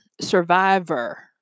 survivor